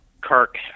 kirk